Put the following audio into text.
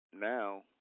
Now